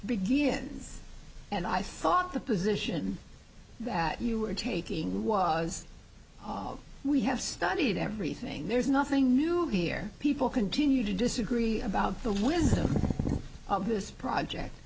begins and i thought the position that you were taking was we have studied everything there's nothing new here people continue to disagree about the wisdom of this project